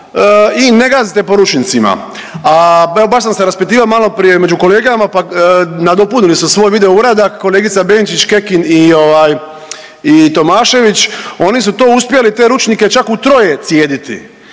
i ne gazite po ručnicima. A evo baš sam se raspitivao maloprije među kolegama, pa nadopunili su svoj video uradak kolegica Benčić, Kekin i ovaj i Tomašević, oni su to uspjeli te ručnike čak u troje cijediti